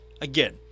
again